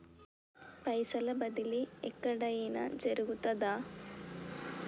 పైసల బదిలీ ఎక్కడయిన జరుగుతదా?